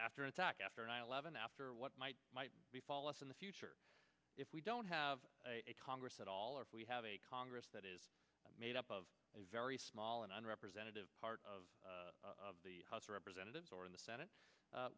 after attack after nine eleven after what might be follow us in the future if we don't have a congress at all or if we have a congress that is made up of a very small unrepresentative part of of the house of representatives or in the senate